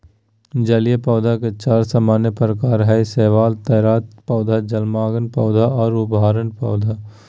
जलीय पौधे के चार सामान्य प्रकार हइ शैवाल, तैरता पौधा, जलमग्न पौधा और उभरल पौधा